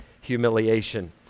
humiliation